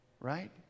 Right